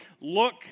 look